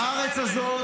איזה חבר'ה?